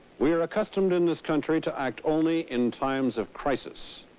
we are accustomed in this country to act only in times of crisis.